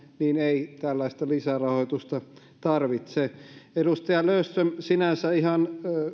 ei tällaista lisärahoitusta tarvitse edustaja löfström sinänsä ihan